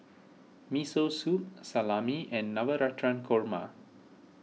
Miso Soup Salami and Navratan Korma